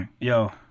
Yo